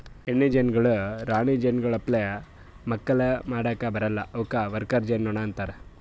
ಹೆಣ್ಣು ಜೇನುನೊಣಗೊಳ್ ರಾಣಿ ಜೇನುನೊಣಗೊಳ್ ಅಪ್ಲೆ ಮಕ್ಕುಲ್ ಮಾಡುಕ್ ಬರಲ್ಲಾ ಅವುಕ್ ವರ್ಕರ್ ಜೇನುನೊಣ ಅಂತಾರ